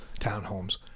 townhomes